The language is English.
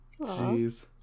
Jeez